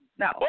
No